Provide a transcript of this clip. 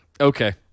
okay